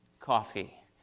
coffee